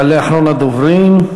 יעלה אחרון הדוברים,